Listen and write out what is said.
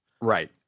right